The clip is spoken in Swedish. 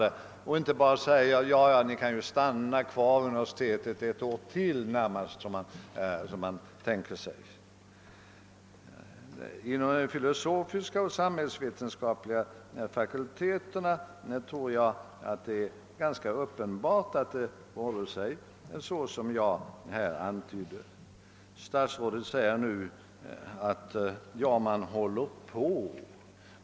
Det räcker inte att bara säga: »Ja, ni kan ju stanna kvar vid universitetet ett år till.» Inom de filosofiska och samhällsvetenskapliga fakulteterna tror jag att det ganska uppenbart förhåller sig som jag här antydde. Statsrådet säger nu: »Ja, man håller på och tänker.